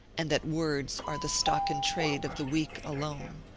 and that words are the stock-in trade of the weak alone.